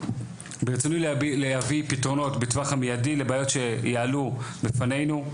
ברצוני להביא פתרונות בטווח המיידי לבעיות שיעלו בפנינו,